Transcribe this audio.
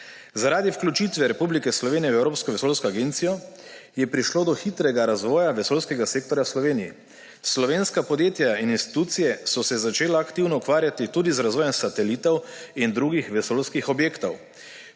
Zaradi vključitve Republike Slovenije v Evropsko vesoljsko agencijo je prišlo do hitrega razvoja vesoljskega sektorja v Sloveniji. Slovenska podjetja in institucije so se začele aktivno ukvarjati tudi z razvojem satelitov in drugih vesoljskih objektov.